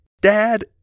Dad